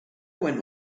went